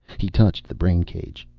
he touched the brain cage.